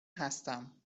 هستم